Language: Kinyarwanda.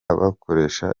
bakoresha